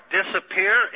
disappear